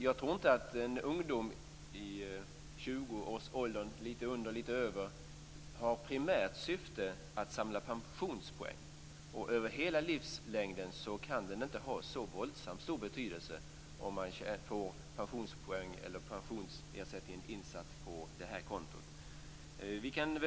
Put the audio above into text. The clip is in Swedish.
Jag tror inte att en ungdom i tjugoårsåldern har som primärt syfte att samla pensionspoäng. Det kan inte ha så våldsamt stor betydelse över hela livslängden om man får pensionsersättningen insatt på det här kontot.